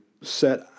set